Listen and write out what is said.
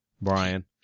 Brian